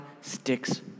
sticks